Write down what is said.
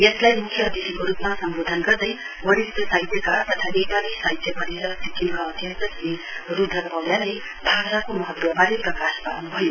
यसलाई मुख्य अतिथिको रूपमा सम्बोध गर्दै वरिष्ट साहित्यकार तथा नेपाली साहित्य परिषद सिक्किमका अध्यक्ष श्री रूद्र पौड़यालले भाषाको महत्वबारे प्रकाश पार्नुभयो